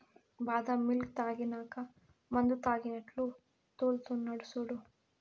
బాదం మిల్క్ తాగినాక మందుతాగినట్లు తూల్తున్నడు సూడు